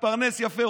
מתפרנס יפה,